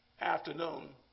afternoon